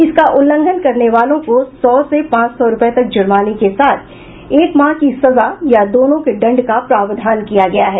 इसका उल्लंघन करने वालों को सौ से पांच सौ रूपये तक जुर्माने के साथ एक माह की सजा या दोनों के दंड का प्रावधान किया गया है